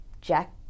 jack